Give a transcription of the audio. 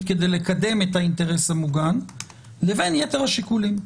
כדי לקדם את האינטרס המוגן לבין יתר השיקולים.